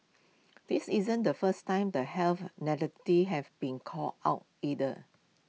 this isn't the first time the health narratives have been called out either